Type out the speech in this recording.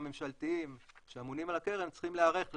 הממשלתיים שאמונים על הקרן צריכים להיערך לכך,